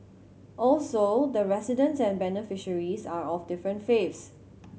also the residents and beneficiaries are of different faiths